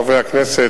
חברי הכנסת,